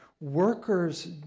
workers